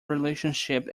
relationship